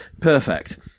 Perfect